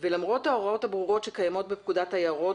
למרות ההוראות הברורות שקיימות בפקודת היערות,